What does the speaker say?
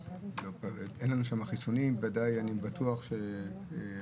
אין לנו בבתי הספר חיסונים ואני בטוח שהיום,